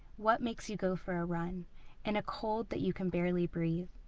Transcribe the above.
what makes you go for a run in a cold that you can barely breathe?